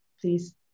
please